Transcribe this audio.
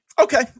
Okay